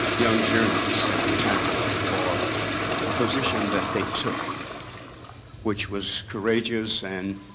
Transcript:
young journalists at the time for the position that they took which was courageous and